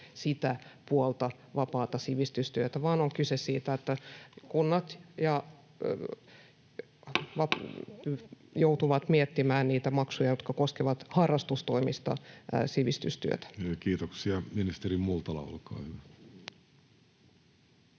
sitä puolta vapaasta sivistystyöstä, vaan on kyse siitä, että kunnat joutuvat miettimään niitä maksuja, jotka koskevat harrastustoimista sivistystyötä. Kiitoksia. — Ministeri Multala, olkaa hyvä.